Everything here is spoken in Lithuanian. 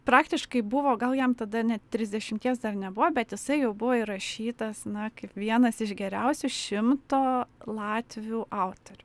praktiškai buvo gal jam tada net trisdešimties dar nebuvo bet jisai jau buvo įrašytas na kaip vienas iš geriausių šimto latvių autorių